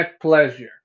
pleasure